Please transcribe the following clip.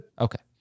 Okay